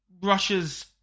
Russia's